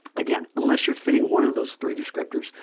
again, unless you're fitting one of those three descriptors,